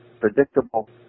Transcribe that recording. predictable